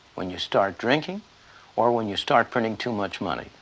when you start drinking or when you start printing too much money,